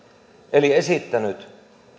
eli esittänyt